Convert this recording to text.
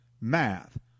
math